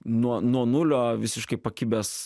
nuo nuo nulio visiškai pakibęs